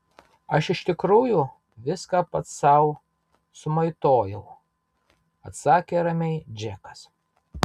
aš iš tikrųjų viską pats sau sumaitojau atsakė ramiai džekas